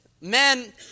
Men